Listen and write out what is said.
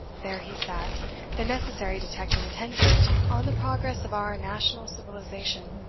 there he sat the necessary detective attendant on the progress of our national civilization